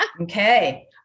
Okay